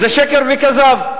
זה שקר וכזב.